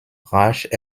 rasch